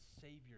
Savior